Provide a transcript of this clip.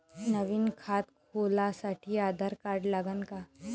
नवीन खात खोलासाठी आधार कार्ड लागन का?